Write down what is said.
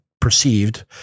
perceived